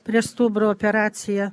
prie stuburo operacija